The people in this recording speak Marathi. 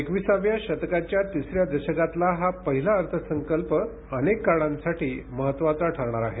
एकविसाव्या शतकाच्या तिसऱ्या दशकातला हा पहिला अर्थसंकल्प अनेक कारणांसाठी महत्वाचा ठरणार आहे